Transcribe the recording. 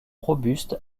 robuste